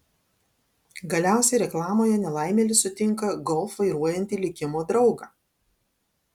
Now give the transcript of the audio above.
galiausiai reklamoje nelaimėlis sutinka golf vairuojantį likimo draugą